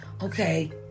Okay